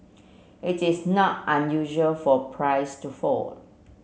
it is not unusual for price to fall